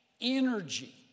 energy